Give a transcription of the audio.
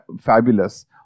fabulous